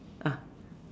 ah